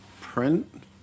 print